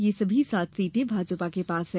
ये सभी सात सीटें भाजपा के पास हैं